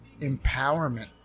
empowerment